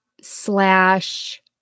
slash